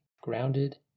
grounded